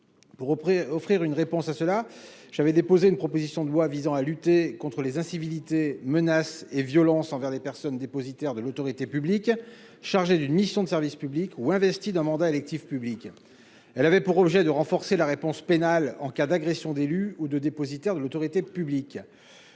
auprès offrir une réponse à cela, j'avais déposé une proposition de loi visant à lutter contre les incivilités menaces et violences envers les personnes dépositaires de l'autorité publique chargée d'une mission de service public ou investie d'un mandat électif public, elle avait pour objet de renforcer la réponse pénale en cas d'agression d'élus ou de dépositaire de l'autorité publique,